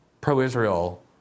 pro-Israel